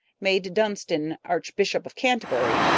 made dunstan archbishop of canterbury,